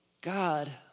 God